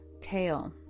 tail